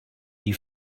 die